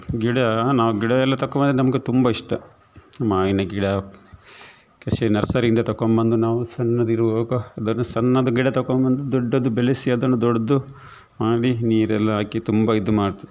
ಗಿಡ ನಾವು ಗಿಡಯೆಲ್ಲ ತಕೊಬಂದಿದ್ ನಮ್ಗೆ ತುಂಬ ಇಷ್ಟ ಮಾವಿನ್ ಗಿಡ ಕೃಷಿ ನರ್ಸರಿಯಿಂದ ತಕೊಬಂದು ನಾವು ಸಣ್ಣದಿರುವಾಗ ಅದನ್ನು ಸಣ್ಣದು ಗಿಡ ತಕೊಬಂದು ದೊಡ್ಡದು ಬೆಳೆಸಿ ಅದನ್ನು ದೊಡ್ದು ಮಾಡಿ ನೀರೆಲ್ಲಾ ಹಾಕಿ ತುಂಬ ಇದು ಮಾಡ್ತು